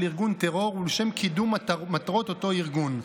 ארגון טרור ולשם קידום מטרות אותו ארגון.